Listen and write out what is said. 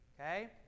Okay